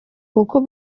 kuko